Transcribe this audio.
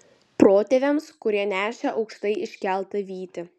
protėviams kurie nešė aukštai iškeltą vytį